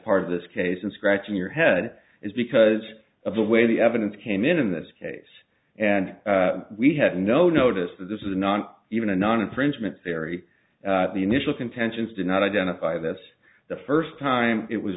part of this case and scratching your head is because of the way the evidence came in in this case and we had no notice this is not even a non infringement very the initial contentions did not identify this the first time it was